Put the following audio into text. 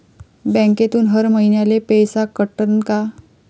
बँकेतून हर महिन्याले पैसा कटन का?